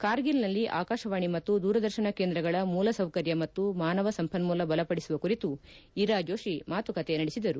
ಕಾರ್ಗಿಲ್ನಲ್ಲಿ ಆಕಾಶವಾಣಿ ಮತ್ತು ದೂರದರ್ಶನ ಕೇಂದ್ರಗಳ ಮೂಲಸೌಕರ್ನ ಮತ್ತು ಮಾನವ ಸಂಪನ್ನೂಲ ಬಲಪಡಿಸುವ ಕುರಿತು ಇರಾ ಜೋಷಿ ಮಾತುಕತೆ ನಡೆಸಿದರು